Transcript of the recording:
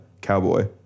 cowboy